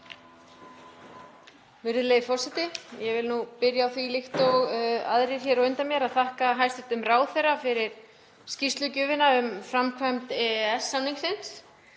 Virðulegi forseti. Ég vil nú byrja á því líkt og aðrir hér á undan mér að þakka hæstv. ráðherra fyrir skýrslugjöfina um framkvæmd EES-samningsins.